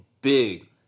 big